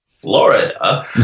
florida